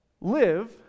live